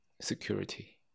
security